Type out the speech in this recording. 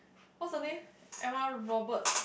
what's her name Emma-Robert